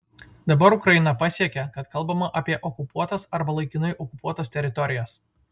dabar ukraina pasiekė kad kalbama apie okupuotas arba laikinai okupuotas teritorijas